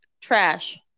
Trash